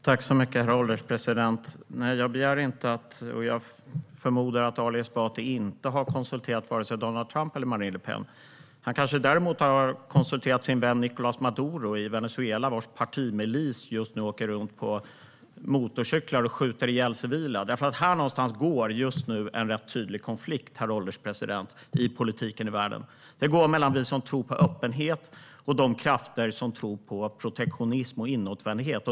Herr ålderspresident! Nej, jag förmodar att Ali Esbati inte har konsulterat vare sig Donald Trump eller Marine Le Pen. Han kanske däremot har konsulterat sin vän Nicolás Maduro i Venezuela, vars partimilis just nu åker runt på motorcyklar och skjuter ihjäl civila. Här någonstans går just nu en rätt tydlig konfliktlinje, herr ålderspresident, i politiken i världen. Den går mellan oss som tror på öppenhet och de krafter som tror på protektionism och inåtvändhet.